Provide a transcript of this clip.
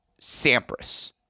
Sampras